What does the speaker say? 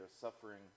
suffering